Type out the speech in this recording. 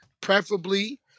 preferably